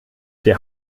der